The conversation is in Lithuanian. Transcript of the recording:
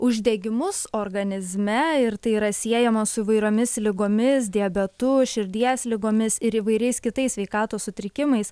uždegimus organizme ir tai yra siejama su įvairiomis ligomis diabetu širdies ligomis ir įvairiais kitais sveikatos sutrikimais